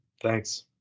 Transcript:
Thanks